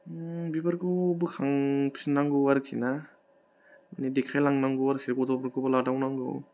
बेफोरखौ बोखांफिन्नांगौ आरोखि ना माने देखायलांनांगौ आरोखि गथ'फोरखौबो लालांनांगौ